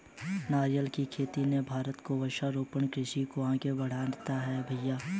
नारियल की खेती ने भारत को वृक्षारोपण कृषि को आगे बढ़ाया है भईया